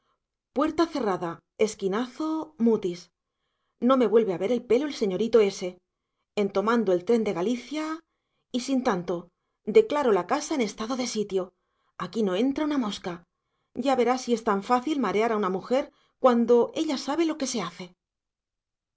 puerta cerrada esquinazo mutis no me vuelve a ver el pelo el señorito ese en tomando el tren de galicia y sin tanto declaro la casa en estado de sitio aquí no entra una mosca ya verá si es tan fácil marear a una mujer cuando ella sabe lo que se hace así